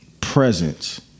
presence